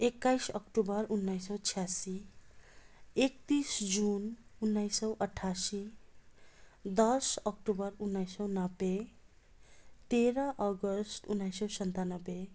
एक्काइस अक्टोबर उन्नाइस सय छयासी एकतिस जुन उन्नाइस सय अठासी दस अक्टोबर उन्नाइस सय नब्बे तेह्र अगस्त उन्नाइस सय सन्तानब्बे